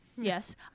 Yes